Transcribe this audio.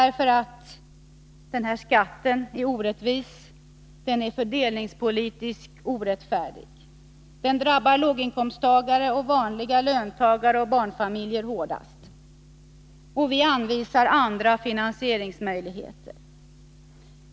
Den skatten är orättvis och fördelningsmässigt orättfärdig. Den drabbar låginkomsttagare, vanliga löntagare och barnfamiljer hårdast. Vi anvisar andra finansieringsmöjligheter.